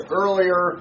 earlier